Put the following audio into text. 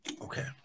Okay